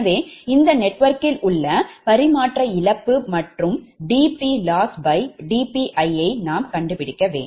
எனவே இந்த நெட்வொர்க்கில் உள்ள பரிமாற்ற இழப்பு மற்றும் dPLossdPi யை நாம் கண்டுபிடிக்க வேண்டும்